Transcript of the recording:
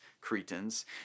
Cretans